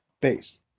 Base